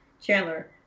Chandler